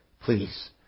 please